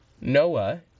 noah